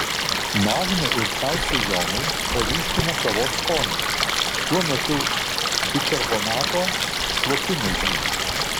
magnio ir kalcio jonai paryškina kavos skonį tuo metu bikarbonato slopina jį